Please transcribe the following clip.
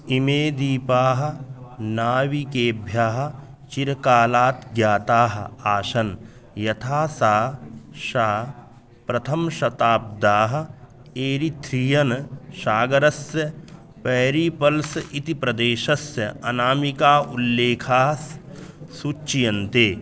इमे द्वीपाः नाविकेभ्यः चिरकालात् ज्ञाताः आसन् यथा सा श प्रथम शताब्द्याः एरिथ्रियन् सागरस्य पेरिपल्स् इति प्रदेशस्य अनामिक उल्लेखाः सूच्यन्ते